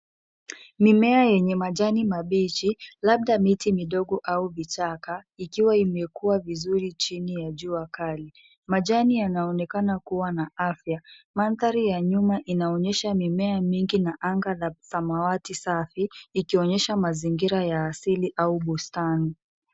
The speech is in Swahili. Mimea yenye majani mabichi, labda miti midogo au vichaka ikiwa imekua vizuri chini ya jua kali. Majani yanaonekana kuwa na afya. Mandhari ya nyuma inaonyesha mimea mingi na anga ya samawati safi ikionyesha mazingira ya asili au bustani.